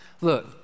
Look